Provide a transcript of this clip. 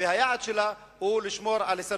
היעד שלה הוא לשמור על הישרדות,